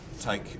take